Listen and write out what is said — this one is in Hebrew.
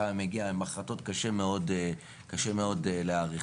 כמה מגיע --- קשה מאוד להעריך.